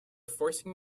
forcing